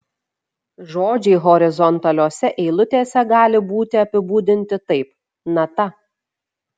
žodžiai horizontaliose eilutėse gali būti apibūdinti taip nata